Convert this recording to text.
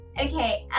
okay